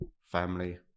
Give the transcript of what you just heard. family